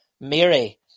Mary